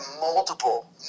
multiple